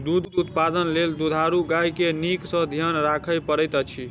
दूध उत्पादन लेल दुधारू गाय के नीक सॅ ध्यान राखय पड़ैत अछि